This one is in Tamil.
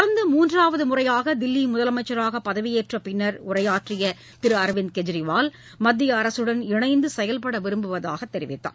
தொடர்ந்து மூன்றாவது முறையாக தில்லி முதலமைச்சராக பதவியேற்றப் பின்னர் உரையாற்றிய திரு அரவிந்த் கெஜ்ரிவால் மத்திய அரசுடன் இணைந்து செயல்பட விரும்புவதாக தெரிவித்தார்